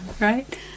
Right